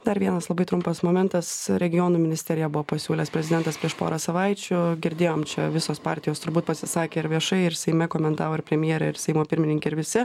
dar vienas labai trumpas momentas regionų ministeriją buvo pasiūlęs prezidentas prieš porą savaičių girdėjom čia visos partijos turbūt pasisakė ir viešai ir seime komentavo ir premjerė ir seimo pirmininkė ir visi